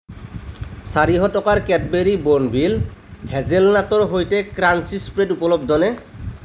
চাৰিশ টকাৰ Cadbury Bournville হেজেলনাটৰ সৈতে ক্ৰাঞ্চি স্প্ৰেড উপলব্ধ নে